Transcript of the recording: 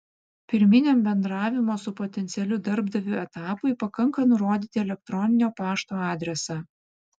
pirminiam bendravimo su potencialiu darbdaviu etapui pakanka nurodyti elektroninio pašto adresą